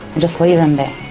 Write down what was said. just leave them there.